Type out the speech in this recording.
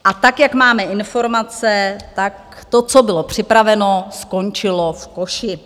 A tak, jak máme informace, tak to, co bylo připraveno, skončilo v koši.